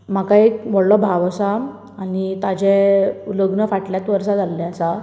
म्हाका एक व्हडलो भाव आसा आनी ताचे लग्न फाटलेच वर्सा जाल्लें आसा